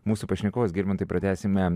mūsų pašnekovas girmantai pratęsime